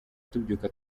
tubyuka